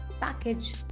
package